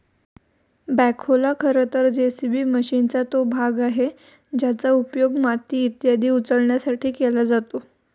बॅखोला खरं तर जे.सी.बी मशीनचा तो भाग आहे ज्याचा उपयोग माती इत्यादी उचलण्यासाठी केला जातो